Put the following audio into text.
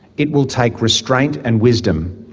it will take restraint and wisdom,